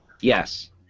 Yes